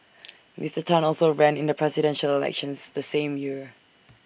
Mister Tan also ran in the Presidential Elections the same year